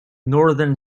northern